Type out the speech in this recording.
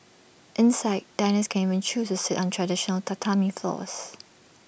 inside diners can even choose to sit on traditional Tatami floors